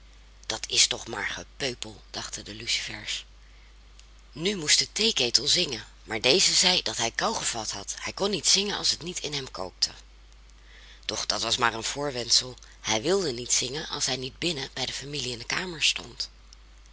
dat is toch maar gepeupel dachten de lucifers nu moest de theeketel zingen maar deze zei dat hij kou gevat had hij kon niet zingen als het niet in hem kookte doch dat was maar een voorwendsel hij wilde niet zingen als hij niet binnen bij de familie in de kamer stond